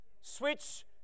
Switch